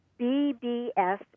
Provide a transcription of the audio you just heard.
BBS